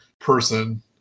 person